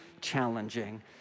challenging